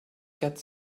quatre